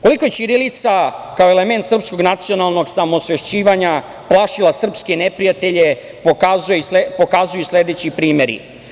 Koliko je ćirilica kao element srpskog nacionalnog samoosvešćivanja plašila srpske neprijatelje pokazuju sledeći primeri.